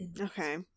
Okay